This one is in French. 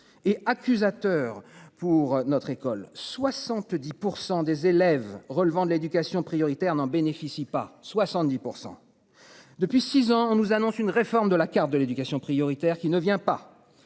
Et accusateur pour notre école. 70 pour des élèves relevant de l'éducation prioritaire n'en bénéficient pas. 70%. Depuis 6 ans, on nous annonce une réforme de la carte de l'éducation prioritaire qui ne vient pas.